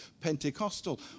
Pentecostal